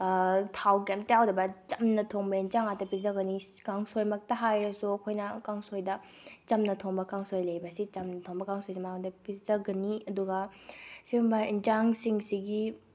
ꯊꯥꯎ ꯀꯔꯤꯝꯇ ꯌꯥꯎꯗꯕ ꯆꯝꯅ ꯊꯣꯡꯕ ꯌꯦꯟꯁꯥꯡ ꯉꯥꯛꯇ ꯄꯤꯖꯒꯅꯤ ꯀꯥꯡꯁꯣꯏ ꯃꯛꯇ ꯍꯥꯏꯔꯁꯨ ꯑꯩꯈꯣꯏꯅ ꯀꯥꯡꯁꯣꯏꯗ ꯆꯝꯅ ꯊꯣꯡꯕ ꯀꯥꯡꯁꯣꯏ ꯂꯩꯑꯦꯕ ꯁꯤ ꯆꯝꯅ ꯊꯣꯡꯕ ꯀꯥꯡꯁꯣꯏꯁꯦ ꯃꯉꯣꯟꯗ ꯄꯤꯖꯒꯅꯤ ꯑꯗꯨꯒ ꯁꯤꯒꯨꯝꯕ ꯌꯦꯟꯁꯥꯡꯁꯤꯡꯁꯤꯒꯤ